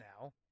now